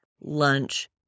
lunch